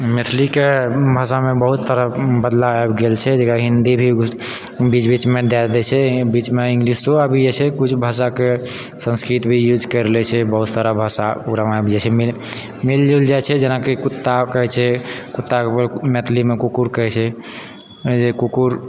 मैथिलीके भाषामे बहुत तरह बदलाव आबि गेल छै जकरा हिन्दी भी बीच बीचमे दए दै छै बीचमे इंग्लिशो आबि जाइ छै कुछ भाषाके संस्कृत भी यूज करि लै छै बहुत सारा भाषा ओकरामे आबि जाइ छै मिलि जुलि जाइ छै जेना कुत्ता कहै छै कुत्ताके मैथिलीमे कुक्कुर कहै छै जे कुक्कुर